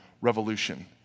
revolution